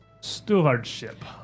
...stewardship